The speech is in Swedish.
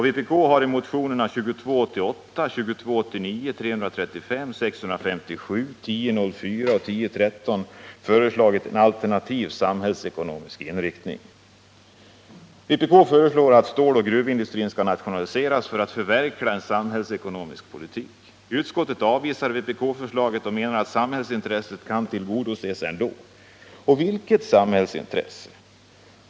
Vpk har i motionerna 2288, 2289, 335, 657, 1004 och 1013 föreslagit en alternativ samhällsekonomisk inriktning. Vpk föreslår att ståloch gruvindustrin skall nationaliseras för att man skall kunna förverkliga en samhällsekonomisk politik. Utskottet avvisar vpkförslaget och menar att samhällsintresset kan tillgodoses ändå. Vilket samhällsintresse?